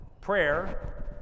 prayer